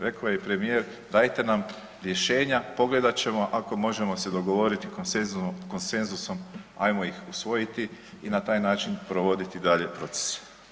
Reko je premijer dajte nam rješenja, pogledat ćemo, ako možemo se dogovoriti konsenzusom ajmo ih usvojiti i na taj način provoditi dalje proces.